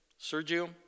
Sergio